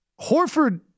Horford